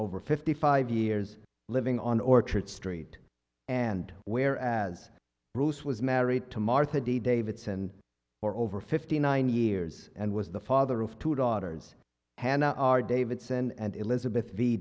over fifty five years living on orchard street and where as bruce was married to martha de davidson for over fifty nine years and was the father of two daughters hannah are davidson and elizabeth